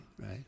Right